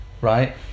right